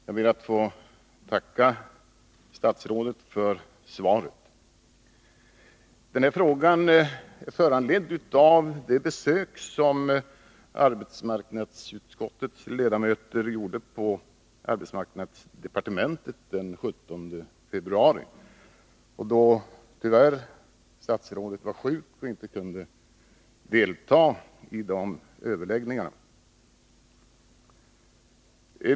Herr talman! Jag ber att få tacka statsrådet för svaret. Denna fråga är föranledd av det besök som arbetsmarknadsutskottets ledamöter gjorde på arbetsmarknadsdepartementet den 17 februari, då statsrådet tyvärr var sjuk och inte kunde delta i överläggningarna.